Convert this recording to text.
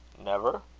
never?